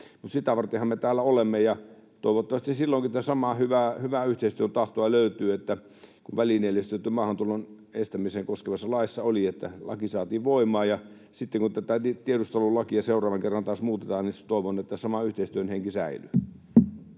sitä vartenhan me täällä olemme, ja toivottavasti silloinkin tätä samaa hyvää yhteistyön tahtoa löytyy kuin välineellistetyn maahantulon estämistä koskevassa laissa oli, että laki saatiin voimaan. Sitten kun tätä tiedustelulakia seuraavan kerran taas muutetaan, niin toivon, että sama yhteistyön henki säilyy.